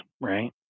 right